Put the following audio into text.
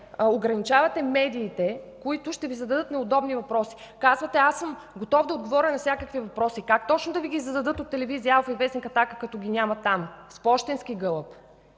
ограничавате медиите, които ще Ви зададат неудобни въпроси. Казвате: „Аз съм готов да отговоря на всякакви въпроси”, как точно да Ви ги зададат от телевизия „Алфа” и вестник „Атака”, след като ги няма там? С пощенски гълъб